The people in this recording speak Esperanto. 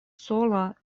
sola